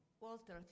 Walter